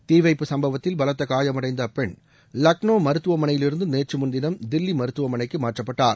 தீ வைப்பு சம்பவத்தில் பலத்த காயம் அடைந்த அப்பெண் லக்னோ மருத்துவமனையிலிருந்து நேற்று முன்தினம் தில்லி மருத்துவமனைக்கு மாற்றப்பட்டார்